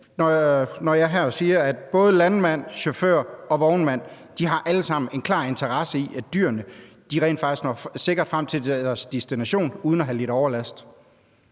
når jeg her siger, at både landmænd, chauffører og vognmænd alle sammen har en klar interesse i, at dyrene rent faktisk når sikkert frem til deres destination uden at have lidt overlast.